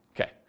Okay